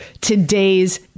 today's